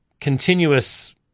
continuous